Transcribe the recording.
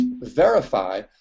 verify